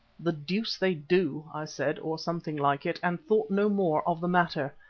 the deuce they do, i said, or something like it, and thought no more of the matter.